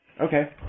Okay